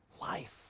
life